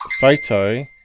photo